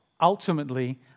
Ultimately